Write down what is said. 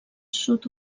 sud